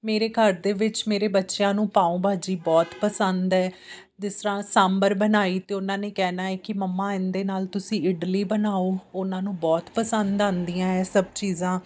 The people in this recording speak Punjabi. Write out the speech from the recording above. ਮੇਰੇ ਘਰ ਦੇ ਵਿੱਚ ਮੇਰੇ ਬੱਚਿਆਂ ਨੂੰ ਪਾਓ ਭਾਜੀ ਬਹੁਤ ਪਸੰਦ ਹੈ ਜਿਸ ਤਰ੍ਹਾਂ ਸਾਂਬਰ ਬਣਾਈ ਤਾਂ ਉਹਨਾਂ ਨੇ ਕਹਿਣਾ ਹੈ ਕਿ ਮੰਮਾ ਇਹਦੇ ਨਾਲ ਤੁਸੀਂ ਇਡਲੀ ਬਣਾਓ ਉਹਨਾਂ ਨੂੰ ਬਹੁਤ ਪਸੰਦ ਆਉਂਦੀਆਂ ਇਹ ਸਭ ਚੀਜ਼ਾਂ